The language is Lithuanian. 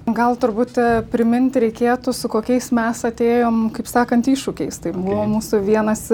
gal truputį priminti reikėtų su kokiais mes atėjom kaip sakant iššūkiais tai buvo mūsų vienas